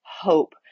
hope